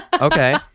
Okay